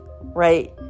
right